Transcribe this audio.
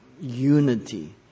unity